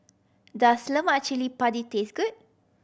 does lemak cili padi taste good